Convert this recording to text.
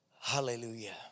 Hallelujah